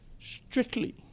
strictly